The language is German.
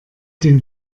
den